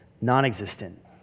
non-existent